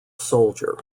soldier